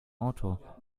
auto